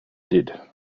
did